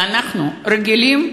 ואנחנו רגילים,